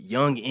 Young